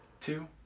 two